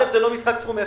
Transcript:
זה לא משחק סכום אפס.